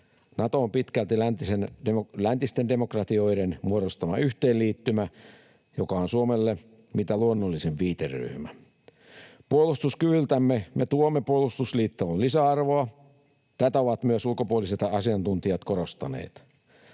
Nato on pitkälti läntisten demokratioiden muodostama yhteenliittymä, joka on Suomelle mitä luonnollisin viiteryhmä. Puolustuskyvyllämme me tuomme puolustusliittoon lisäarvoa — tätä ovat myös ulkopuoliset asiantuntijat korostaneet.